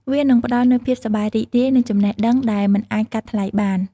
វានឹងផ្តល់នូវភាពសប្បាយរីករាយនិងចំណេះដឹងដែលមិនអាចកាត់ថ្លៃបាន។